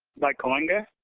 like, coalinga.